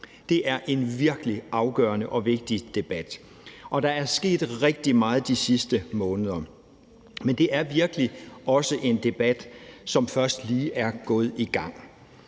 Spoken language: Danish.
Det er en virkelig afgørende og vigtig debat, og der er sket rigtig meget de sidste måneder. Men det er virkelig også en debat, som først lige er gået i gang,